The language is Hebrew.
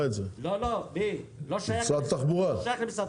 זה לא שייך למשרד התחבורה.